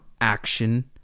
action